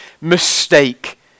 mistake